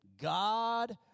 God